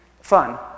fun